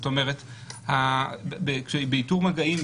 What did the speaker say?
באיתור מגעים,